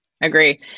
agree